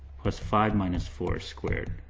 plus five minus four squared,